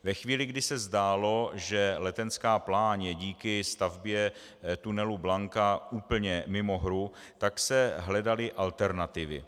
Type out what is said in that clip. Ve chvíli, kdy se zdálo, že Letenská pláň je díky stavbě tunelu Blanka úplně mimo hru, se hledaly alternativy.